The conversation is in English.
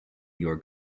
your